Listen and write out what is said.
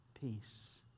peace